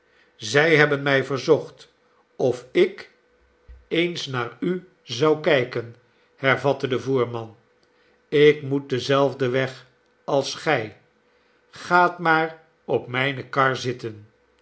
zij hebben mij verzocht of ik eens naar u zou kijken hervatte de voerman ik moet denzelfden weg als gij gaat maar op mijne kar zitten